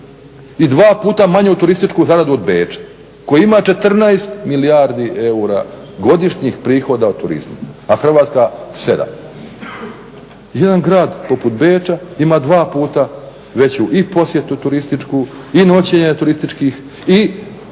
i dva puta manju turističku zaradu od Beča, koji ima 14 milijardi eura godišnjih prihoda od turizma a Hrvatska 7, jedan grad poput Beča ima dva puta veću i posjetu turističku i noćenja turističkih i veću